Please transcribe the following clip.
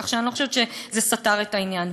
כך שאני לא חושבת שזה סתר את העניין.